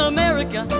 America